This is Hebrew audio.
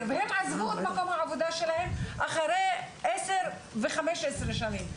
והם עזבו את מקום העבודה שלהן אחרי 10 ו-15 שנים,